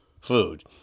food